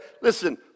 listen